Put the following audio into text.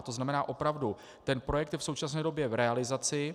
To znamená opravdu, ten projekt je v současné době v realizaci.